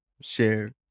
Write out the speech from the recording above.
share